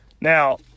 now